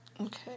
Okay